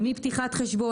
מפתיחת חשבון,